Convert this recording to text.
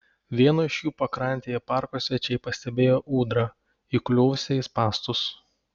vieno iš jų pakrantėje parko svečiai pastebėjo ūdrą įkliuvusią į spąstus